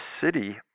city